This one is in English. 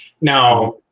Now